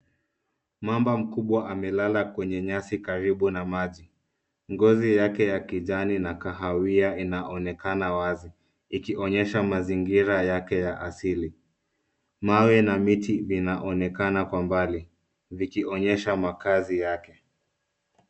Mamba mkubwa amelala kwenye nyasi karibu na maji. Ngozi yake ya kijani na kahawia inaonekana wazi ikionyesha mazingira yake ya asili. Mawe na miti vinaonekana kwa mbali vikionyesha makaazi yake.